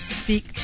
speak